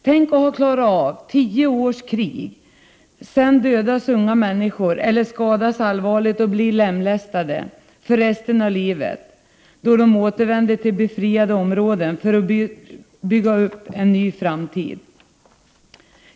Tänk att ha klarat tio års krig, och sedan dödas eller skadas unga människor allvarligt och blir lemlästade för resten av livet då de återvänder till befriade områden för att bygga upp en ny framtid.